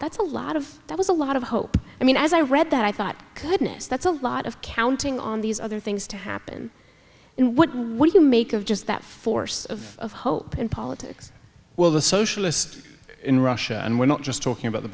that's a lot of that was a lot of hope i mean as i read that i thought goodness that's a lot of counting on these other things to happen and what do you make of just that force of hope in politics well the socialist in russia and we're not just talking